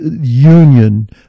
union